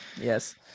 yes